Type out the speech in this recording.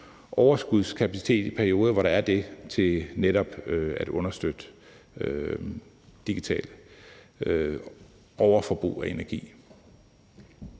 overskudskapacitet i de perioder, hvor der er det, til netop at understøtte det i forhold til